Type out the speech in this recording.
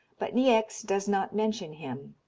but niecks does not mention him.